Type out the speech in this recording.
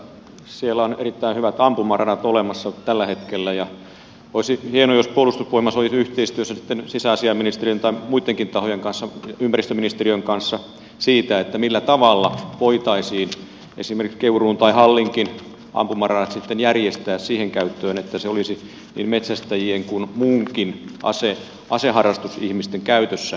siellä on erittäin hyvät ampumaradat olemassa tällä hetkellä ja olisi hienoa jos puolustusvoimat olisi yhteistyössä sitten sisäasiainministeriön tai muittenkin tahojen kanssa ympäristöministeriön kanssa siitä millä tavalla voitaisiin esimerkiksi keuruun tai hallinkin ampumaradat sitten järjestää siihen käyttöön että ne olisivat niin metsästäjien kuin muidenkin aseharrastusihmisten seurojen käytössä